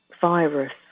virus